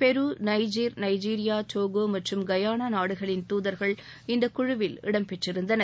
பெரு Niger Nigeria Togo மற்றும் Guyana நாடுகளின் துதா்கள் இந்த குழுவில் இடம்பெற்றிருந்தனர்